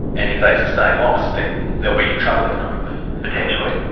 and if they sustain loss, then they'll be in trouble economically. potentially.